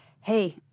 hey –